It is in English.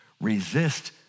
resist